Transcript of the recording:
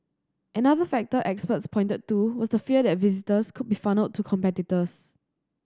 another factor experts pointed to was the fear that visitors could be funnelled to competitors